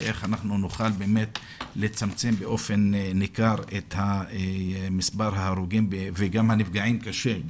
כדי לצמצם באופן ניכר את מספר ההרוגים וגם הנפגעים קשה.